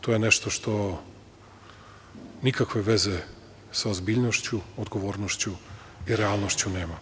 To je nešto što nikakve veze sa ozbiljnošću, odgovornošću i realnošću nema.